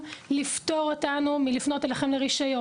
לפטור אותנו מלפנות אליכם לקבלת הרישיון.